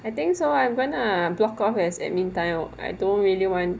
I think so I am gonna block off as admin time lor I don't really want